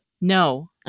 no